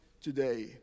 today